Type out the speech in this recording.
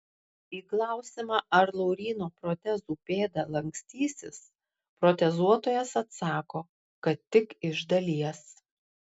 į klausimą ar lauryno protezų pėda lankstysis protezuotojas atsako kad tik iš dalies